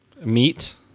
Meat